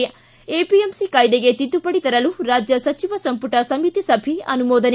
ಿ ಎಪಿಎಂಸಿ ಕಾಯ್ಗೆಗೆ ತಿದ್ಗುಪಡಿ ತರಲು ರಾಜ್ಯ ಸಚಿವ ಸಂಪುಟ ಸಮಿತಿ ಸಭೆ ಅನುಮೋದನೆ